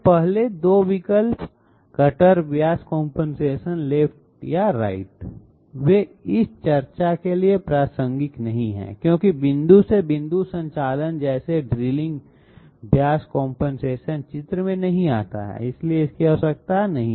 पहले दो विकल्प कटर व्यास कंपनसेशन लेफ्ट या राइट वे इस चर्चा के लिए प्रासंगिक नहीं हैं क्योंकि बिंदु से बिंदु संचालन जैसे ड्रिलिंग व्यास कंपनसेशन चित्र में नहीं आता है इसकी आवश्यकता नहीं है